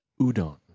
Udon